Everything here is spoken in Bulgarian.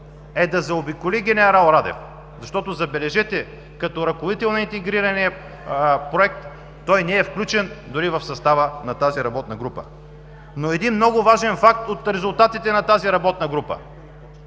е да заобиколи генерал Радев, защото, забележете, като ръководител на Интегрирания проект той не е включен дори в нейния състав. Но един много важен факт от резултатите на работната група